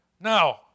Now